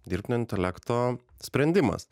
dirbtinio intelekto sprendimas